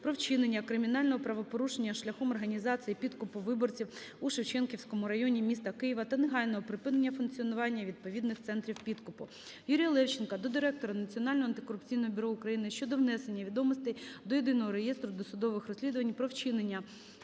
про вчинення кримінального правопорушення шляхом організації підкупу виборців у Шевченківському районі міста Києва та негайного припинення функціонування відповідних центрів підкупу. Юрія Левченка до директора Національного антикорупційного бюро України щодо внесення відомостей до Єдиного реєстру досудових розслідувань про вчинення